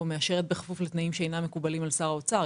או מאשרת בכפוף לתנאים שאינם מקובלים על שר האוצר.